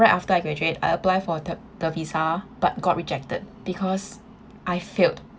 right after I graduate I apply for the the visa but got rejected because I failed